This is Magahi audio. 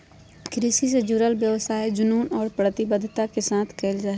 कृषि से जुडल व्यवसाय जुनून और प्रतिबद्धता के साथ कयल जा हइ